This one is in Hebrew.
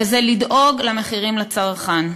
וזה לדאוג למחירים לצרכן.